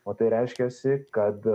o tai reiškiasi kad